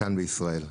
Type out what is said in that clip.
כאן בישראל.